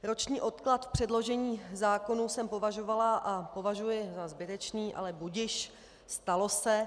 Roční odklad v předložení zákonů jsem považovala a považuji za zbytečný, ale budiž, stalo se.